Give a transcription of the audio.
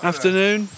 Afternoon